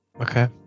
okay